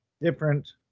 different